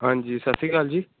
ਹਾਂਜੀ ਸਤਿ ਸ਼੍ਰੀ ਅਕਾਲ ਜੀ